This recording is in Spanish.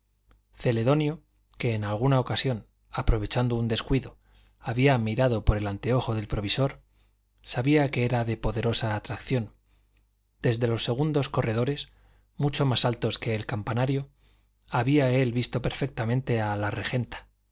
celedonio que en alguna ocasión aprovechando un descuido había mirado por el anteojo del provisor sabía que era de poderosa atracción desde los segundos corredores mucho más altos que el campanario había él visto perfectamente a la regenta